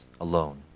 alone